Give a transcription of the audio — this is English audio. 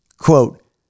quote